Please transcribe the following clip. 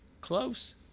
Close